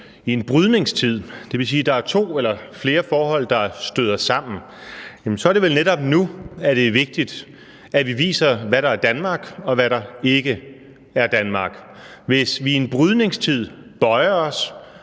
i en brydningstid. Det vil sige, at der er to eller flere forhold, der støder sammen. Jamen så er det vel netop nu, at det er vigtigt, at vi viser, hvad der er Danmark, og hvad der ikke er Danmark. Hvis vi i en brydningstid bøjer os,